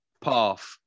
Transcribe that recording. path